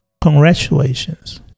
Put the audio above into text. congratulations